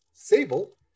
Sable